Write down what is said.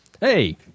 Hey